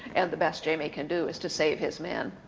and the best jamie can do is to save his men.